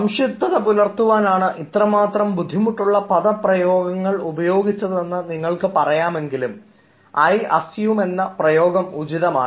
നിഷ്പക്ഷത പുലർത്തുവാനാണ് ഇത്രമാത്രം ബുദ്ധിമുട്ടുള്ള പദപ്രയോഗം ഉപയോഗിച്ചതെന്ന് നിങ്ങൾക്ക് പറയാമെങ്കിലും ഐ അസ്യൂം എന്ന പ്രയോഗം ഉചിതമാണ്